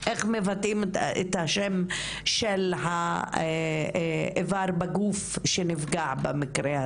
מבטאים את השם של האיבר בגוף שנפגע באותו מקרה,